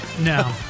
No